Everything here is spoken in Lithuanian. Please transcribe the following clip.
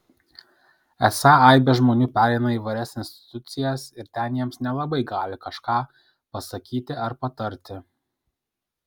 esą aibė žmonių pereina įvairias institucijas ir ten jiems nelabai gali kažką pasakyti ar patarti